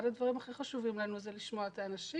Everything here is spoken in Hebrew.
אחד הדברים הכי חשובים לנו זה לשמוע את האנשים.